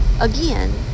again